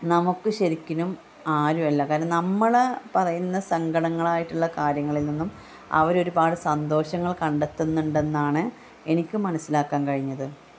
നമുക്ക് ശരിക്കും ആരുമല്ല കാരണം നമ്മളെ പറയുന്ന സങ്കടങ്ങളായിട്ടുള്ള കാര്യങ്ങളിൽ നിന്നും അവർ ഒരുപാട് സന്തോഷങ്ങൾ കണ്ടെത്തുന്നുണ്ട് എന്നാണ് എനിക്ക് മനസ്സിലാക്കാൻ കഴിഞ്ഞത്